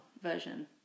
version